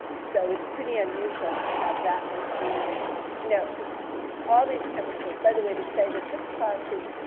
so it's pretty unusual to have that much human you know because all these chemicals by the way, to say the six classes,